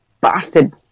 Bastard